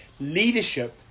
leadership